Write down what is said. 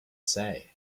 say